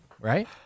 right